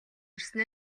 ирсэн